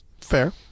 Fair